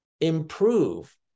improve